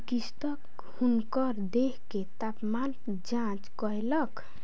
चिकित्सक हुनकर देह के तापमान जांच कयलक